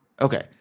Okay